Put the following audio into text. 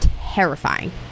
terrifying